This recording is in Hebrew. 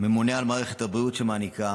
הממונה על מערכת הבריאות, שמעניקה